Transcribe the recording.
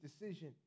decision